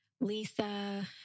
lisa